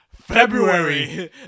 February